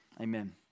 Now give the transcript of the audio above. Amen